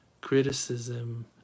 criticism